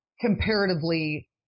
comparatively